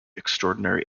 extraordinary